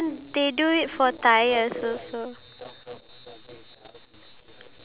because of priorities that we have we don't really have the urge